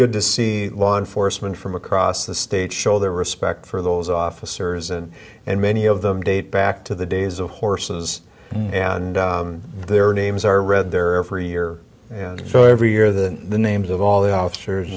good to see law enforcement from across the state show their respect for those officers and and many of them date back to the days of horses and their names are read there every year and so every year the names of all the officers